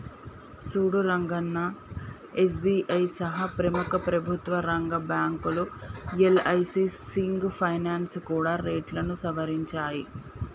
సూడు రంగన్నా ఎస్.బి.ఐ సహా ప్రముఖ ప్రభుత్వ రంగ బ్యాంకులు యల్.ఐ.సి సింగ్ ఫైనాల్స్ కూడా రేట్లను సవరించాయి